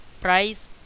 price